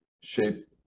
shape